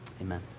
Amen